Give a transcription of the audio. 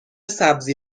سبزی